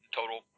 total